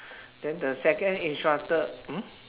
then the second instructor hmm